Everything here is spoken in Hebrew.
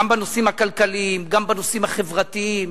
גם בנושאים הכלכליים, גם בנושאים החברתיים.